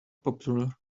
popular